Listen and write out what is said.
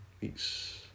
peace